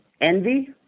envy